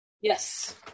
Yes